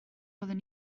fyddwn